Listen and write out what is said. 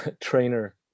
trainer